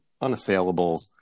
unassailable